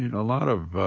a lot of